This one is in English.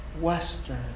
Western